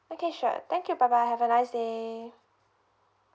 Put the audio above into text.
okay sure thank you bye bye have a nice day